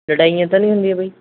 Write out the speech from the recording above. ਲੜਾਈਆਂ ਤਾਂ ਨਹੀਂ ਹੁੰਦੀਆਂ ਬਾਈ